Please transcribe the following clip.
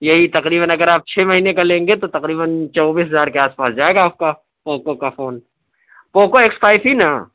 یہی تقریباً اگر آپ چھ مہینے کا لیں گے تو تقریباً چوبیس ہزار کے آس پاس جائے گا آپ کا پوکو کا فون پوکو ایکس فائف ہی نا